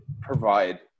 provide